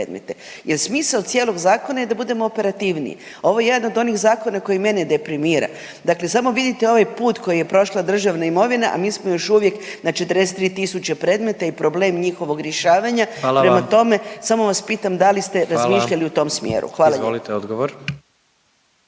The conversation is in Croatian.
jer smisao cijelog zakona je da budemo operativniji, a ovo je jedan od onih zakona koji mene deprimira. Dakle, samo vidite ovaj put koji je prošla državna imovina, a mi smo još uvijek na 43 predmeta i problem njihova rješavanja. …/Upadica predsjednik: Hvala vam./… Prema tome, samo vas pitam da li ste razmišljali … …/Upadica predsjednik: Hvala./… … u tom